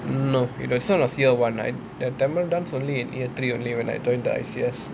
no it was sort of year one the tamil dance only in year three only when I joined the I_C_S